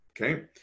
Okay